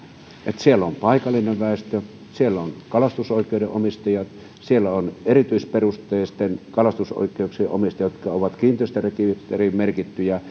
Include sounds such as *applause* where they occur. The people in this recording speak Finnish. että siellä on paikallinen väestö siellä on kalastusoikeuden omistajat siellä on erityisperusteisten kalastusoikeuksien omistajat jotka ovat kiinteistörekisteriin merkittyjä *unintelligible*